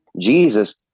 Jesus